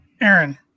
Aaron